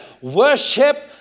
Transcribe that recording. worship